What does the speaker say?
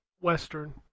Western